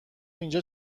اینجا